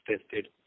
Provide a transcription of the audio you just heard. tested